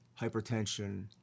hypertension